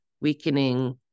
weakening